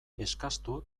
eskastu